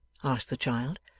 asked the child.